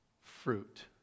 fruit